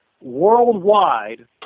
Worldwide